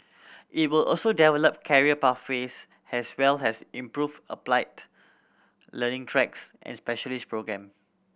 it will also develop career pathways as well as improve applied learning tracks and specialist programme